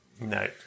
No